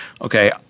Okay